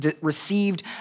received